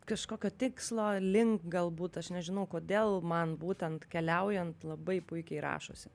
kažkokio tikslo link galbūt aš nežinau kodėl man būtent keliaujant labai puikiai rašosi